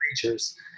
creatures